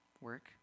work